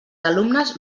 alumnes